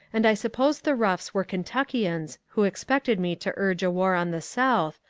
and i suppose the roughs were kentuckians who expected me to urge a war on the south,